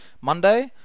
Monday